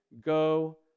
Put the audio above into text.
go